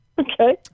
Okay